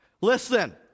Listen